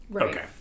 okay